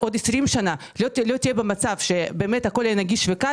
בעוד עשרים שנים לא יהיה במצב שבאמת הכול יהיה נגיש וקל,